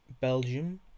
Belgium